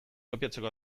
kopiatzeko